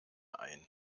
ein